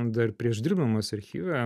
dar prieš dirbdamas archyve